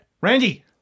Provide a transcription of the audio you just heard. Randy